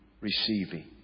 Receiving